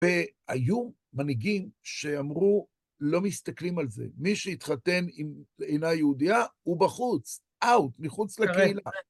והיו מנהיגים שאמרו, לא מסתכלים על זה. מי שהתחתן עם אינה יהודיה הוא בחוץ, אאוט, מחוץ לקהילה.